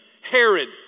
Herod